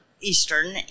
Eastern